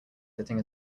sitting